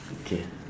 okay